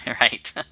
Right